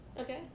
Okay